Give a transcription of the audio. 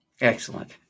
Excellent